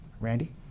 Randy